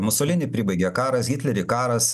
musolinį pribaigė karas hitlerį karas